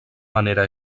manera